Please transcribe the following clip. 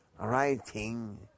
writing